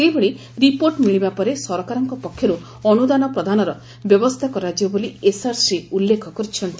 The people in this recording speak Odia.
ସେହିଭଳି ରିପୋର୍ଟ ମିଳିବା ପରେ ସରକାରଙ୍କ ପକ୍ଷରୁ ଅନୁଦାନ ପ୍ରଦାନର ବ୍ୟବସ୍ଚା କରାଯିବ ବୋଲି ଏସ୍ଆର୍ସି ଉଲ୍କୁଖ କରିଛନ୍ତି